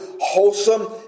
wholesome